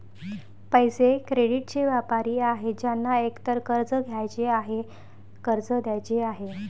पैसे, क्रेडिटचे व्यापारी आहेत ज्यांना एकतर कर्ज घ्यायचे आहे, कर्ज द्यायचे आहे